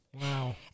Wow